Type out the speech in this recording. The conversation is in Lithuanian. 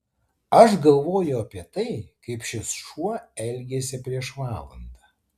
aš galvoju apie tai kaip šis šuo elgėsi prieš valandą